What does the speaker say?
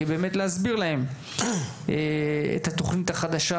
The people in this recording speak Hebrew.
על מנת להסביר להם את התוכנית החדשה,